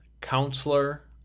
Counselor